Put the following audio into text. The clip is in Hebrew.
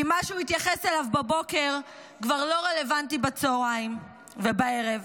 כי מה שהוא התייחס אליו בבוקר כבר לא רלוונטי בצוהריים ובערב,